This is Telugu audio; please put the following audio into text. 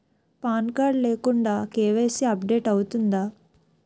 పాన్ కార్డ్ లేకుండా కే.వై.సీ అప్ డేట్ అవుతుందా?